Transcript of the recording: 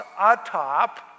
atop